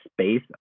space